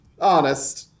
Honest